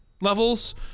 Levels